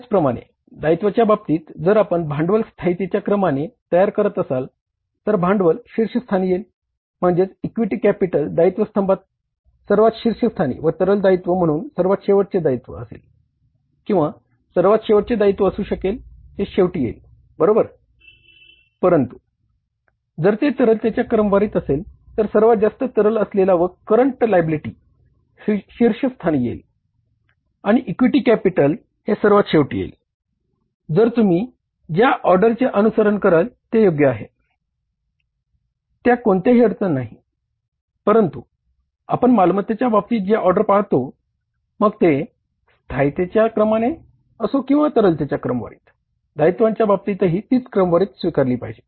त्याचप्रमाणे दायित्वाच्या बाबतीत जर आपण भांडवल स्थायीतेच्या क्रमाने दायित्वांच्या बाबतीतही तीच क्रमवारी स्वीकारली पाहिजे